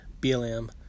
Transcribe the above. BLM